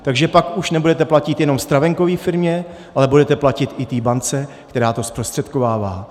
Takže pak už nebudete platit jenom stravenkové firmě, ale budete platit i té bance, která to zprostředkovává.